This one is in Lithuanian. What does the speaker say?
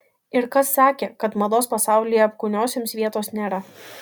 ir kas sakė kad mados pasaulyje apkūniosioms vietos nėra